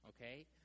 okay